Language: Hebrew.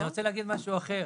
אני רוצה להגיד משהו אחר.